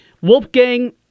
Wolfgang